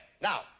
Now